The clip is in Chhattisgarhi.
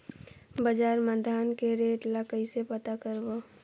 बजार मा धान के रेट ला कइसे पता करबो?